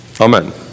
amen